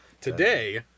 Today